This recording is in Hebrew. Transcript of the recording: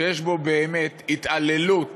שיש בו באמת התעללות